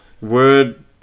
Word